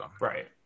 Right